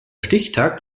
stichtag